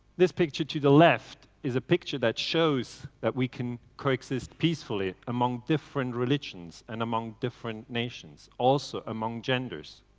this picture to the left is a picture that shows that we can coexist peacefully among different religions, and among different nations, also among genders.